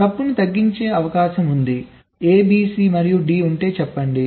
కాబట్టి తప్పును తగ్గించే అవకాశం ఉంది A B C మరియు D ఉంటే చెప్పండి